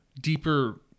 deeper